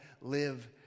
Live